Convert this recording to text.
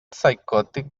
psychotic